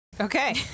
Okay